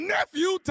Nephew